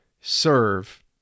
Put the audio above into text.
serve